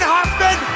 Hoffman